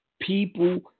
people